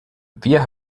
wir